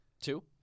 Two